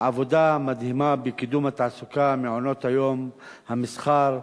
עבודה מדהימה בקידום התעסוקה, מעונות-היום, המסחר,